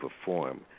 perform